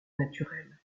naturelle